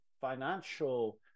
financial